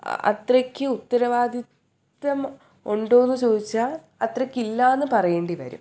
അത്രയ്ക്ക് ഉത്തരവാദിത്ത്വം ഉണ്ടോയെന്ന് ചോദിച്ചാൽ അത്രയ്ക്കില്ലയെന്ന് പറയേണ്ടിവരും